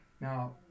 Now